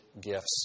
gifts